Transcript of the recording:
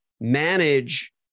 manage